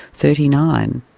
thirty nine.